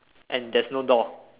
and there's no door